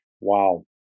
Wow